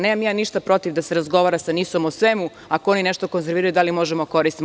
Nemam ništa protiv da se razgovara sa NIS-om o svemu, ako oni nešto konzerviraju, da li možemo da koristimo.